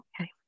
Okay